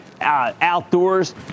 outdoors